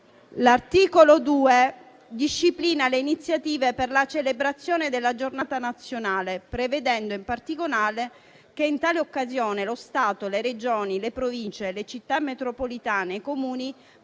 L'articolo 2 disciplina le iniziative per la celebrazione della Giornata nazionale, prevedendo in particolare che in tale occasione lo Stato, le Regioni, le Province, le Città metropolitane e i Comuni